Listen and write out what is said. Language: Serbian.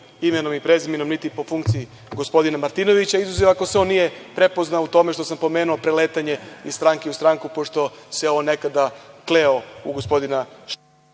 imenom i prezimenom, niti po funkciji gospodina Martinovića, izuzev ako se on nije prepoznao u tome što sam pomenuo preletanje iz stranke u stranku, pošto se on nekada kleo u gospodina